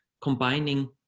combining